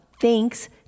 thanks